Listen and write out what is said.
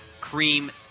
cream